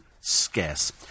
scarce